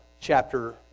chapter